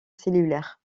cellulaire